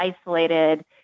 isolated